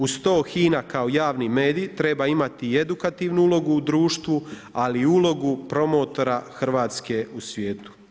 Uz to HINA kao javni medij, treba imati i edukativnu ulogu u društvu, ali i ulogu promotora Hrvatske u svijetu.